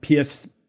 PS